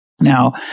now